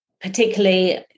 Particularly